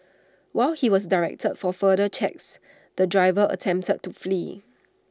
while he was directed for further checks the driver attempted to flee